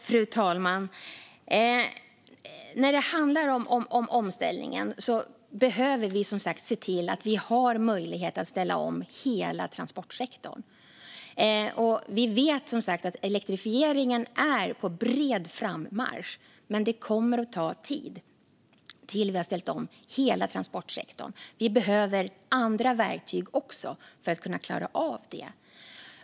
Fru talman! När det handlar om omställningen behöver vi som sagt se till att vi har möjlighet att ställa om hela transportsektorn. Vi vet som sagt att elektrifieringen är på bred frammarsch, men det kommer att ta tid innan vi har ställt om hela transportsektorn. Vi behöver även andra verktyg för att klara av det.